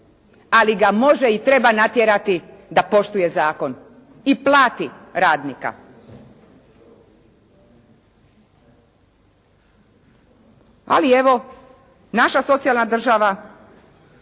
ali ga može i treba natjerati da poštuje zakon i plati radnika. Ali evo naša socijalna država